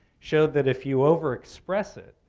showed that if you overexpress it,